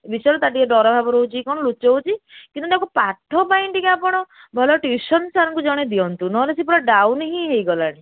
ଏ ବିଷୟରେ ତା'ର ଟିକିଏ ଡର ଭାବ ରହୁଛି କି କ'ଣ ଲୁଚଉଛି କିନ୍ତୁ ତାକୁ ପାଠ ପାଇଁ ଟିକେ ଆପଣ ଭଲ ଟିଉସନ୍ ସାର୍ଙ୍କୁ ଜଣେ ଦିଅନ୍ତୁ ନହେଲେ ସେ ପୁରା ଡାଉନ୍ ହିଁ ହେଇଗଲାଣି